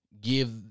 give